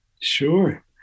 Sure